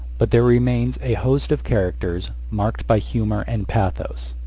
but there remains a host of characters marked by humour and pathos.